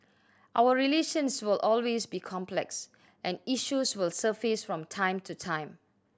our relations will always be complex and issues will surface from time to time